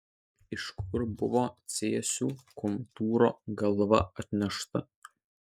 iš kur buvo cėsių komtūro galva atnešta